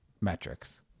metrics